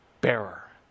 bearer